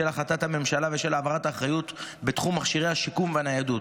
החלטת הממשלה ושל העברת האחריות בתחום מכשירי השיקום והניידות,